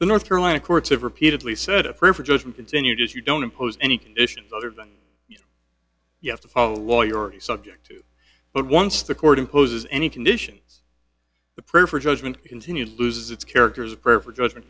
the north carolina courts have repeatedly said a prayer for judgment continued if you don't impose any conditions other than you have to follow a lawyer or he subject but once the court imposes any conditions the prayer for judgment continued loses its characters of prayer for judgment